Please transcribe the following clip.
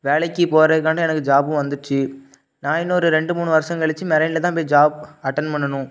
வேலைக்கு போகிறதுக்காண்டி எனக்கு ஜாப்பும் வந்துச்சு நான் இன்னும் ஒரு ரெண்டு மூணு வருஷம் கழிச்சி மெரெய்னில் தான் போய் ஜாப் அட்டென்ட் பண்ணனும்